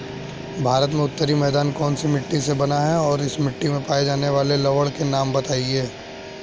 भारत का उत्तरी मैदान कौनसी मिट्टी से बना है और इस मिट्टी में पाए जाने वाले लवण के नाम बताइए?